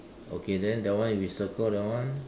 okay then that one we circle that one